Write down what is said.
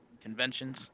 Conventions